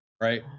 right